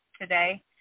today